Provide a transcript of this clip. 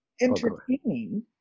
entertaining